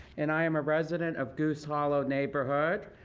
and i am a resident of goose hollow neighborhood.